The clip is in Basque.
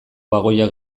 bagoia